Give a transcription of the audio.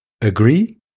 Agree